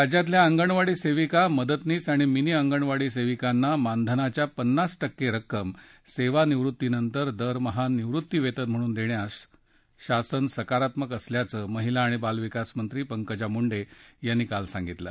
राज्यातल्या अंगणवाडी सेविका मदतनीस आणि मिनी अंगणवाडी सेविकांना मानधनाच्या पन्नास टक्के रक्कम सेवानिवृत्तीनंतर दरमहा निवृत्तीवेतन म्हणून देण्यास शासन सकारात्मक असल्याचं महिला आणि बालविकास मंत्री पंकजा मुंडे यांनी काल सांगितलं